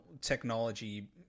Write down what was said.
technology